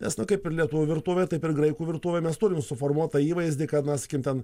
nes na kaip ir lietuvių virtuvė taip ir graikų virtuvė mes turim suformuotą įvaizdį kad na sakykim tam